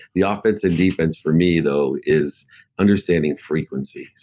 the ah offense and defense for me, though, is understanding frequency.